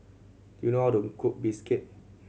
do you know how to cook bistake